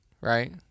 right